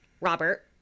Robert